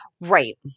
Right